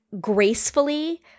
gracefully